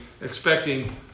expecting